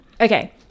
Okay